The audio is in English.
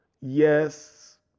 Yes